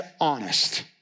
honest